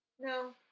No